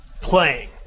playing